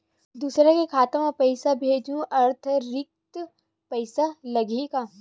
दूसरा के खाता म पईसा भेजहूँ अतिरिक्त पईसा लगही का?